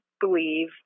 believe